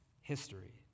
history